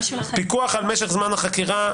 פיקוח על משך זמן החקירה,